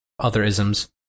otherisms